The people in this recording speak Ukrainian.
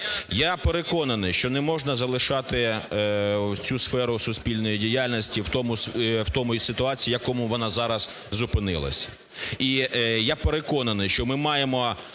Я переконаний, що не можна залишати цю сферу суспільної діяльності в тій ситуації, в якій вона зараз зупинилась. І я переконаний, що ми маємо